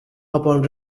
upon